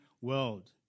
world